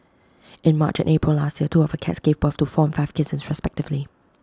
in March and April last year two of her cats gave birth to four and five kittens respectively